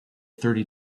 thirty